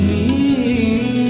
e